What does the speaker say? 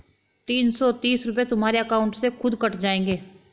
तीन सौ तीस रूपए तुम्हारे अकाउंट से खुद कट जाएंगे